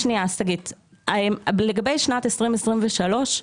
לגבי שנת 2023,